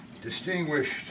distinguished